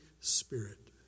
Spirit